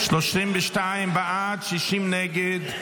32 בעד, 60 נגד.